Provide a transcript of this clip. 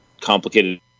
complicated